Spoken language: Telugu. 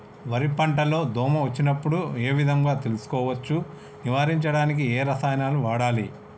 వరి పంట లో దోమ వచ్చినప్పుడు ఏ విధంగా తెలుసుకోవచ్చు? నివారించడానికి ఏ రసాయనాలు వాడాలి?